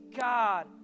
God